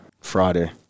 Friday